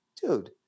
dude